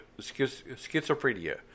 schizophrenia